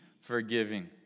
forgiving